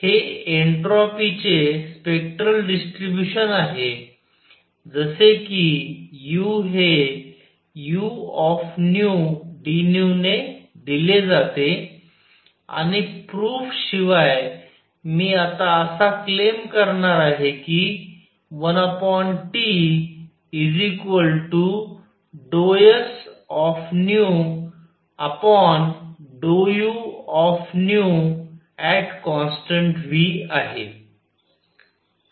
हे एंट्रोपी चे spectral distribution आहे जसे कि U हे udν ने दिले जाते आणि प्रूफ शिवाय मी आता असा क्लेम करणार आहे की1Tsν∂uνV आहे